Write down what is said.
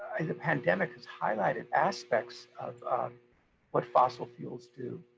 and the pandemic has highlighted aspects of what fossil fuels do.